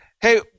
Hey